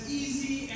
easy